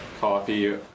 Coffee